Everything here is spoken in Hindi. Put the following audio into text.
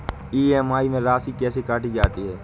ई.एम.आई में राशि कैसे काटी जाती है?